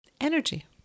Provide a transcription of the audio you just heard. energy